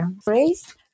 phrase